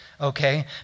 okay